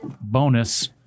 bonus